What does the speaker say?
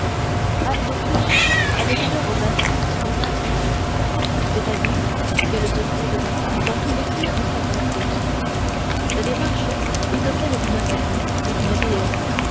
anne d'autriche avait alors vingt-six ou vingt-sept ans c'est-àdire qu'elle se trouvait dans tout l'éclat de sa beauté sa démarche était celle d'une reine ou d'une déesse